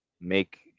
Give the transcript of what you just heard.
make